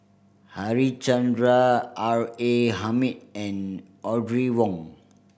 Harichandra R A Hamid and Audrey Wong